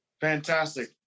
Fantastic